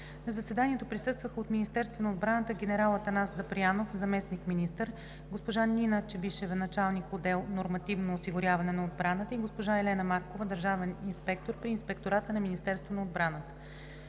На заседанието присъстваха от Министерството на отбраната: генерал Атанас Запрянов – заместник-министър, госпожа Нина Чебишева – началник отдел „Нормативно осигуряване на отбраната“ и госпожа Елена Маркова – държавен инспектор при Инспектората на Министерството на отбраната.